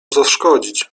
zaszkodzić